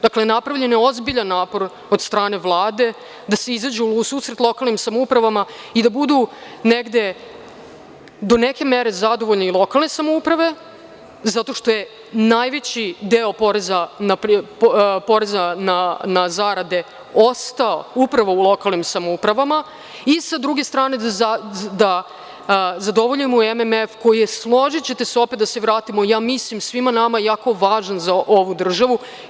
Dakle, napravljen je ozbiljan napor od strane Vlade da se izađe u susret lokalnim samoupravama i da budu do neke mere zadovoljne lokalne samouprave zato što je najveći deo poreza na zarade ostao upravo u lokalnim samoupravama i, sa druge strane, da zadovoljimo MMF koji je, složićete se, svima nama jako važan za ovu državu.